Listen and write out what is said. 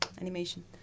animation